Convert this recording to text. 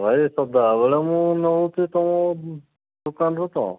ଭାଇ ସଦାବେଳେ ମୁଁ ନଉଛି ତମ ଦୋକାନ ରୁ ତ